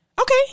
Okay